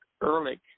Ehrlich